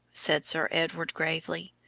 said sir edward, gravely,